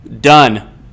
Done